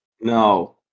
No